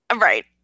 Right